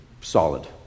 solid